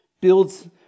Builds